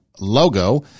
logo